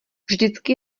vždycky